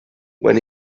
when